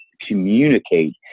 communicate